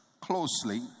closely